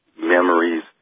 memories